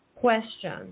question